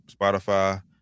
Spotify